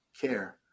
care